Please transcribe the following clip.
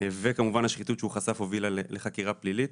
וכמובן השחיתות שהוא חשף הובילה לחקירה פלילית.